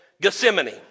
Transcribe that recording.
Gethsemane